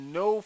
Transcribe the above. no